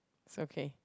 so okay